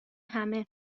همه